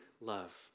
love